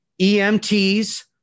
EMTs